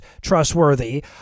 trustworthy